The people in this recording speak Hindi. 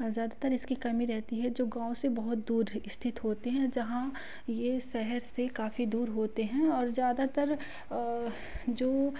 ज़्यादातर इसकी कमी रहती है जो गाँव से बहुत दूर है स्थित होते हैं जहाँ ये शहर से काफ़ी दूर होते हैं और ज़्यादातर जो